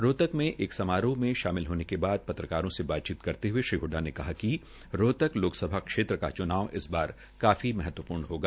रोहतक में एक समारोह में शामिल होने के बाद पत्रकारों से बातचीत करते हये श्री हडा ने कहा कि रोहतक लोकसभा क्षेत्र का च्नाव इस बार काफी महत्वपूर्ण रहेगा